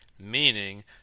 Meaning